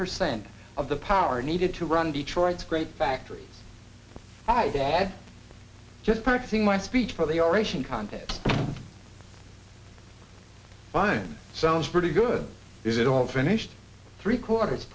percent of the power needed to run detroit great factory hi dad just practicing my speech for the operation content it's fine sounds pretty good is it all finished three quarters